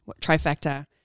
trifecta